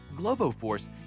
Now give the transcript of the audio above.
Globoforce